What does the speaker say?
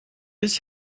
his